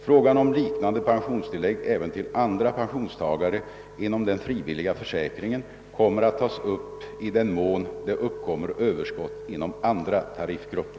Frågan om liknande pensionstillägg även till andra pensionstagare inom den frivilliga försäkringen kommer att tas upp i den mån det uppkommer överskott inom andra tariffgrupper.